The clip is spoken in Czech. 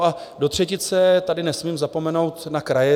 A do třetice tady nesmím zapomenout na kraje.